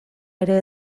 ere